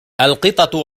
القطط